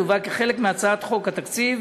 היא תובא כחלק מהצעת חוק התקציב.